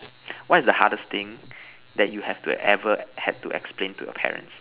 what is the hardest thing that you have ever had to explain to your parents